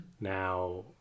Now